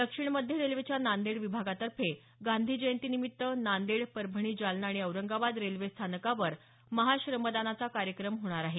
दक्षिण मध्य रेल्वेच्या नांदेड विभागातर्फे गांधी जयंतिनिमित्त नांदेड परभणी जालना आणि औरंगाबाद रेल्वे स्थानकावर महाश्रमदानाचा कार्यक्रम होणार आहे